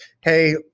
hey